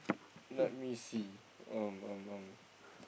let me see um um um